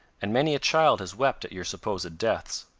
and many a child has wept at your supposed deaths.